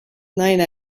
naine